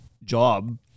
Job